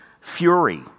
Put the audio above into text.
fury